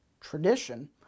tradition